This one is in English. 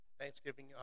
Thanksgiving